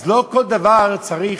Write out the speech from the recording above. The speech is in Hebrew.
אז לא כל דבר צריך